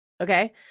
okay